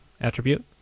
attribute